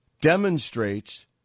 demonstrates